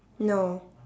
no